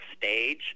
stage